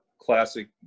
classic